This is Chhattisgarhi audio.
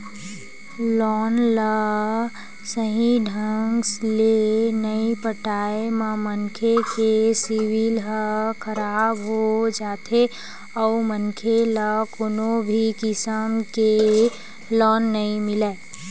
लोन ल सहीं ढंग ले नइ पटाए म मनखे के सिविल ह खराब हो जाथे अउ मनखे ल कोनो भी किसम के लोन नइ मिलय